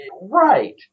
Right